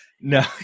no